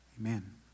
Amen